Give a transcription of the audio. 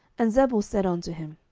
and zebul said unto him,